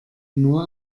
nur